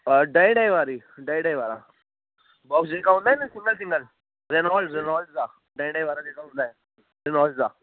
ॾहें ॾहें वारी ॾहें ॾहें वारा बॉक्स जेका हूंदा आहिनि न सिंगल सिंगल रैनोल्ड रिनोल्ड्स जा ॾहें ॾहें वारा जेका हूंदा आहिनि रिनोल्ड्स जा